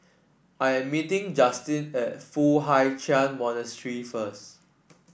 I am meeting Justin at Foo Hai Ch'an Monastery first